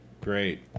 great